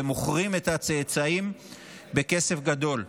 ומוכרים את הצאצאים בכסף גדול.